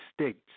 states